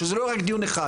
שזה לא רק דיון אחד,